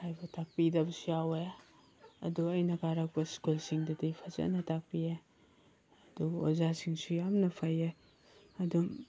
ꯍꯥꯏꯕ ꯇꯥꯛꯄꯤꯗꯕꯁꯨ ꯌꯥꯎꯋꯦ ꯑꯗꯨ ꯑꯩꯅ ꯀꯥꯔꯛꯄ ꯁ꯭ꯀꯨꯜꯁꯤꯡꯗꯗꯤ ꯐꯖꯅ ꯇꯥꯛꯄꯤꯌꯦ ꯑꯗꯨꯕꯨ ꯑꯣꯖꯥꯁꯤꯡꯁꯨ ꯌꯥꯝꯅ ꯐꯩꯌꯦ ꯑꯗꯨꯝ